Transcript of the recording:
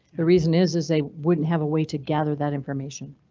the reason is is they wouldn't have a way to gather that information,